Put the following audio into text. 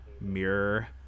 mirror